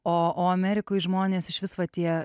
o o amerikoj žmonės išvis vat jie